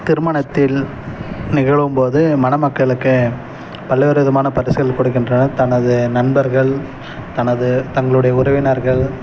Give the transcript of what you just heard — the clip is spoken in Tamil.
திருமணத்தில் நிகழும்போது மணமக்களுக்கு பல்வேறு விதமான பரிசுகள் கொடுக்கின்றனர் தனது நண்பர்கள் தனது தங்களுடைய உறவினர்கள்